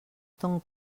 ton